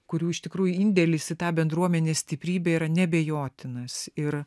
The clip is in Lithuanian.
kurių iš tikrųjų indėlis į tą bendruomenės stiprybė yra neabejotinas ir